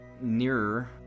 nearer